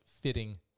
fitting